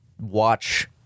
watch